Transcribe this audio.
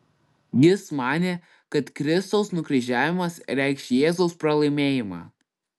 jis manė kad kristaus nukryžiavimas reikš jėzaus pralaimėjimą